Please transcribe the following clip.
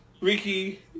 Ricky